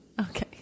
Okay